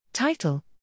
Title